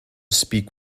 speak